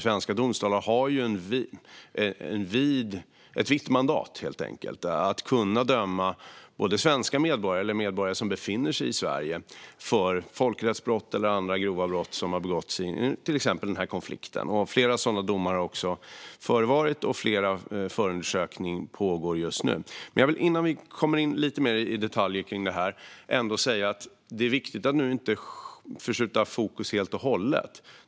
Svenska domstolar har helt enkelt ett brett mandat att döma svenska medborgare eller medborgare som befinner sig i Sverige för folkrättsbrott eller andra grova brott som har begåtts i till exempel de här konflikterna. Flera sådana domar har förevarit, och flera förundersökningar pågår just nu. Men jag vill innan vi kommer in lite mer i detalj på detta ändå säga att det är viktigt att nu inte flytta fokus helt och hållet.